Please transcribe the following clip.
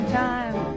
time